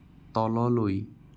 তললৈ